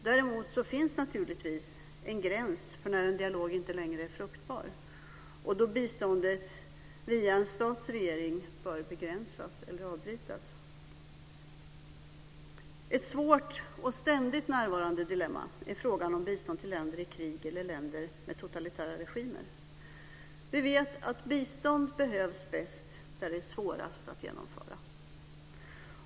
Däremot finns naturligtvis en gräns för när en dialog inte längre är fruktbar och då biståndet via en stats regering bör begränsas eller avbrytas. Ett svårt och ständigt närvarande dilemma är frågan om bistånd till länder i krig eller länder med totalitära regimer. Vi vet att bistånd behövs bäst där det är svårast att genomföra.